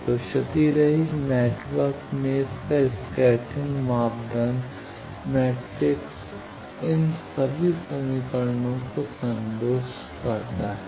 तो क्षतिरहित नेटवर्क में इसका स्कैटरिंग मापदंड मैट्रिक्स इन सभी समीकरणों को संतुष्ट करता है